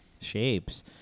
shapes